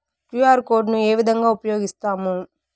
QR code ను ఏ విధంగా ఉపయగిస్తాము?